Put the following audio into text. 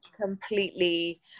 completely